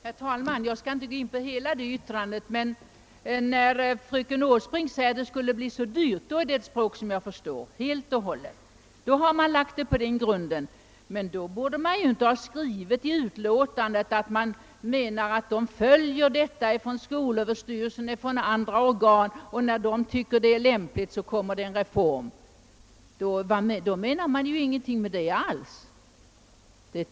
Herr talman! Jag skall inte gå in på fröken Åsbrinks hela yttrande, men när hon säger att en reform skulle bli så dyr talar hon ett språk som jag förstår. Bygger man på den grunden, borde man emellertid inte ha skrivit i utlåtandet att skolöverstyrelsen och andra organ följer frågan och kommer att föreslå en reform när de tycker att det är lämpligt.